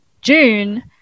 june